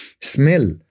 smell